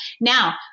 Now